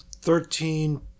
Thirteen